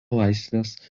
laisvės